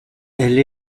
elle